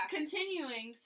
continuing